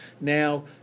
Now